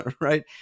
right